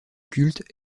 culte